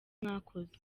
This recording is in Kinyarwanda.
mwakoze